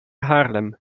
haarlem